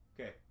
Okay